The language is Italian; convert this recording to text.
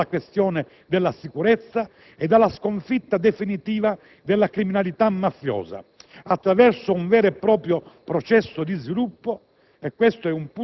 a cominciare dalla questione della sicurezza ed alla sconfitta definitiva della criminalità mafiosa, attraverso un vero e proprio processo di sviluppo.